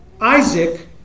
Isaac